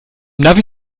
navi